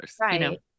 Right